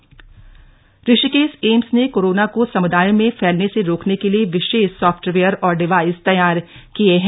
AIIMS device Rishikesh AIIMS ने corona को समुदायों में फैलने से रोकने के लिए वि ीश सॉफ्टवेयर और डिवाइस तैयार किए हैं